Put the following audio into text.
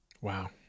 Wow